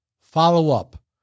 Follow-up